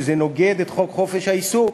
שזה נוגד את חוק חופש העיסוק,